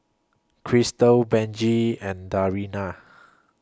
Christal Benji and Dariana